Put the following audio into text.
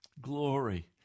Glory